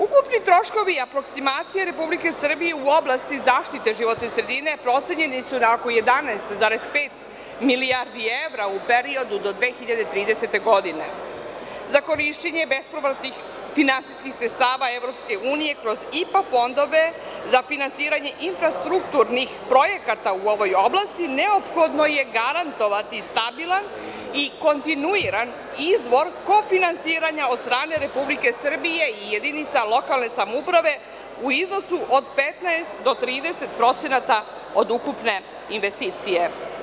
Ukupni troškovi aploksimacije Republike Srbije u oblasti zaštite životne sredine procenjeni su na oko 11,5 milijardi evra u periodu do 2030. godine, za korišćenje bespovratnih finansijskih sredstava EU kroz IPA fondove za finansiranje infrastrukturnih projekata u ovoj oblasti, neophodno je garantovati stabilan i kontinuiran izvor kofinansiranja od strane Republike Srbije i jedinica lokalne samouprave u iznosu od 15 do 30% od ukupne investicije.